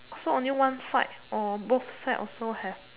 so only one side or both side also have